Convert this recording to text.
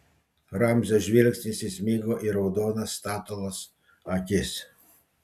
ramzio žvilgsnis įsmigo į raudonas statulos akis